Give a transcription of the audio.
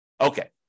Okay